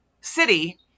city